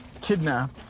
kidnap